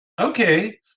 okay